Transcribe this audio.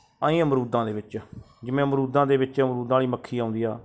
ਆਈਂ ਅਮਰੂਦਾਂ ਦੇ ਵਿੱਚ ਜਿਵੇਂ ਅਮਰੂਦਾਂ ਦੇ ਵਿੱਚ ਅਮਰੂਦਾਂ ਵਾਲੀ ਮੱਖੀ ਆਉਂਦੀ ਆ